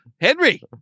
Henry